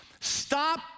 Stop